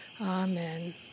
Amen